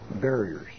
barriers